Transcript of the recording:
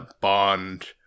Bond